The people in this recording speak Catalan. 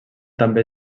també